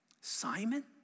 Simon